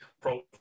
pro